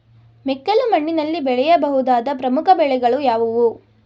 ಮೆಕ್ಕಲು ಮಣ್ಣಿನಲ್ಲಿ ಬೆಳೆಯ ಬಹುದಾದ ಪ್ರಮುಖ ಬೆಳೆಗಳು ಯಾವುವು?